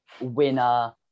winner